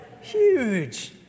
Huge